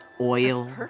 oil